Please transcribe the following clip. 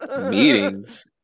Meetings